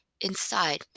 Inside